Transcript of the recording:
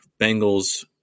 Bengals